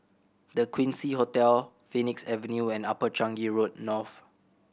The Quincy Hotel Phoenix Avenue and Upper Changi Road North